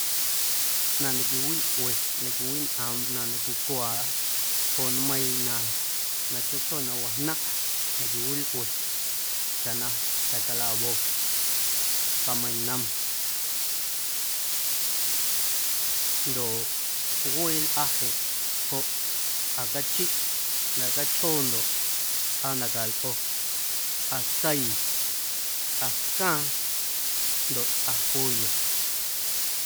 Ꞌnaⁿ na quiwilꞌue na cwiwiñꞌoomꞌ ꞌnaⁿ na cwiwaaꞌa joꞌ nmeiiⁿ na na chjoo chjoo wajnaⁿꞌa na quiwilꞌue chaꞌ na ta̱ calawo, cameinom ndoꞌ ncuee lꞌa jeꞌ joꞌ tsꞌa cachiꞌ na cachjoo ndoꞌ tsꞌa na calꞌo, tsꞌatseii, tsꞌatcaaⁿ ndoꞌ tsꞌa pulla.